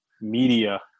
media